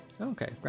Okay